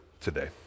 today